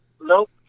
Nope